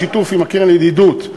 בשיתוף עם הקרן לידידות,